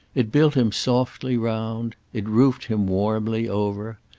it built him softly round, it roofed him warmly over,